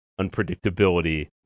unpredictability